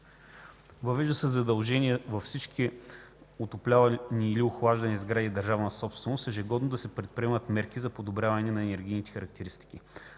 Въвежда се задължение във всички отоплявани или охлаждани сгради – държавна собственост, ежегодно да се предприемат мерки за подобряване на енергийните характеристики.